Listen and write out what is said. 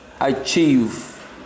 achieve